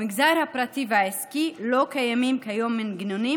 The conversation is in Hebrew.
במגזר הפרטי והעסקי לא קיימים כיום מנגנונים